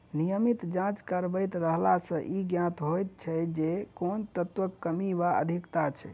नियमित जाँच करबैत रहला सॅ ई ज्ञात होइत रहैत छै जे कोन तत्वक कमी वा अधिकता छै